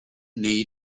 nei